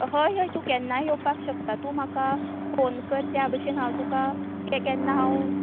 हय हय तूं केन्नाय येवपाक शकता तूं म्हाका फोन कर त्या बशेन हांव तुकां हांव केन्ना हांव